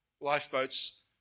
lifeboats